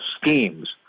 schemes